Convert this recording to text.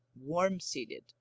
warm-seated